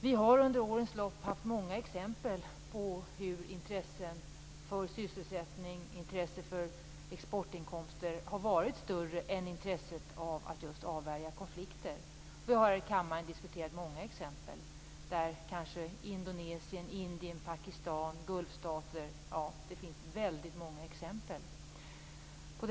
Vi har under årens lopp sett många exempel på att intresset för sysselsättning eller för exportinkomster har varit större än intresset för att avvärja konflikter. Vi har här i kammaren diskuterat många sådana exempel: Indonesien, Indien, Pakistan, gulfstater - ja, det finns väldigt många exempel.